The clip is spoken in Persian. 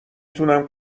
تونم